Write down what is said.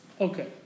okay